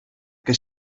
que